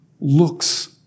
looks